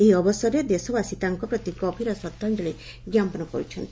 ଏହି ଅବସରରେ ଦେଶବାସୀ ତାଙ୍କ ପ୍ରତି ଗଭୀର ଶ୍ରଦ୍ଧାଞ୍ଞଳି କାପନ କରିଛନ୍ତି